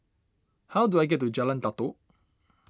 how do I get to Jalan Datoh